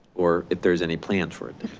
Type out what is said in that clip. or if there's any plan for it?